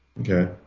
Okay